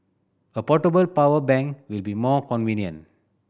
a portable power bank will be more convenient